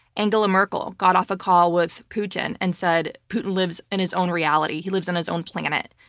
angela merkel got off a call with putin and said putin lives in his own reality. he lives on his own planet,